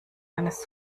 meines